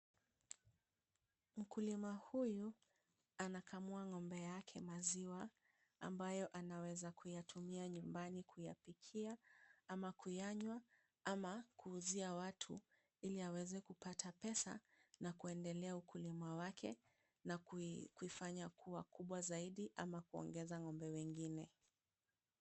Mkulima huyu anakamua ng'ombe yake maziwa, ambayo anaweza kuyatumia nyumbani kuyapikia ama kuyanywa ama kuuzia watu, ili aweze kupata pesa na kuendelea ukulima wake na kuifanya kuwa kubwa zaidi ama kuongeza ng'ombe wengine.